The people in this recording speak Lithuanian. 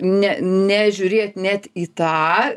ne nežiūrėt net į tą